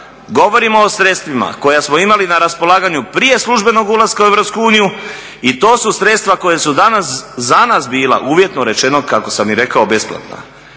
govorimo o sredstvima koja smo imali na raspolaganju prije službenog ulaska u EU i to su sredstva koja su za nas bila uvjetno rečeno kako sam i rekao besplatna.